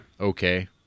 okay